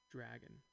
Dragon